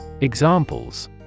Examples